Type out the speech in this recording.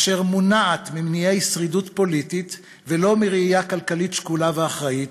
אשר מונעת ממניעי שרידות פוליטית ולא מראייה כלכלית שקולה ואחראית,